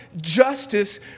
justice